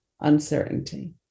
uncertainty